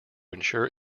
ensure